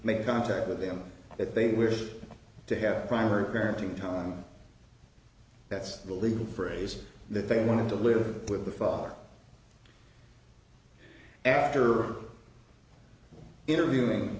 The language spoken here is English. made contact with them that they were to have primary parenting time that's the legal phrase that they wanted to live with the father after interviewing